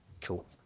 cool